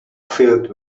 filled